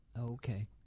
Okay